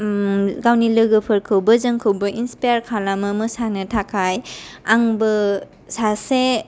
बियो गावनि लोगोफोरखौबो जोंखौबो इन्सपायार खालामो मोसानो थाखाय आंबो सासे